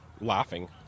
laughing